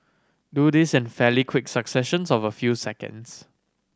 do this in fairly quick successions of a few seconds